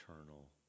eternal